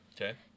Okay